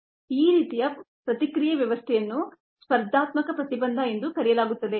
ಈ ರೀತಿಯ ಪ್ರತಿಕ್ರಿಯೆ ಯೋಜನೆಯನ್ನು ಸ್ಪರ್ಧಾತ್ಮಕ ಪ್ರತಿಬಂಧ ಎಂದು ಕರೆಯಲಾಗುತ್ತದೆ